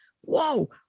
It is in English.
whoa